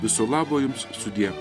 viso labo jums sudie